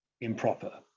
improper